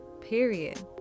period